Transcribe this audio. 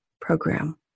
program